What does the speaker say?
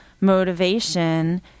motivation